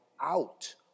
out